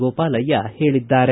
ಗೋಪಾಲಯ್ಯ ಹೇಳಿದ್ದಾರೆ